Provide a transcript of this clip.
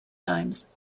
times